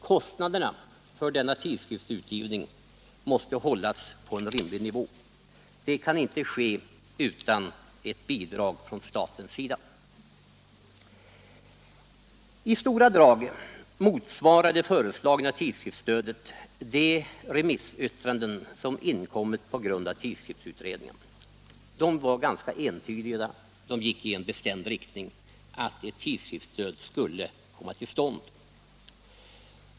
Kostnaderna för denna tidskriftsutgivning måste hållas på en rimlig nivå. Det kan inte ske utan bidrag från statens sida. I stora drag motsvarar det föreslagna tidskriftsstödet de remissyttranden som inkommit på grund av tidskriftsutredningen. De var ganska entydiga. De gick i en bestämd riktning — att ett tidskriftsstöd skulle komma till stånd.